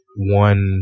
one